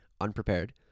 unprepared